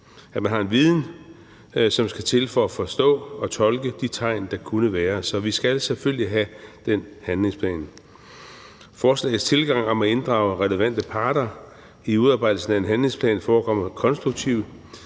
at man har den viden, som skal til for at forstå og tolke de tegn, der kunne være. Så vi skal selvfølgelig have den handlingsplan. Forslagets tilgang om at inddrage relevante parter i udarbejdelsen af en handlingsplan forekommer konstruktiv.